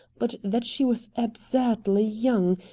but that she was absurdly young,